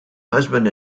husband